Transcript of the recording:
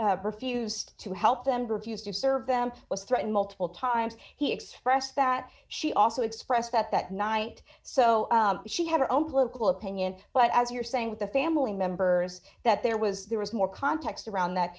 and refused to help them refused to serve them was threatened multiple times he expressed that she also expressed that that night so she had her own political opinion but as you're saying the family members that there was there was more context around that